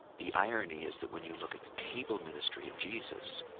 the irony is that when you look at the table ministry of jesus,